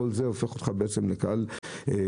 כל זה הופך אותך בעצם לקהל שבוי.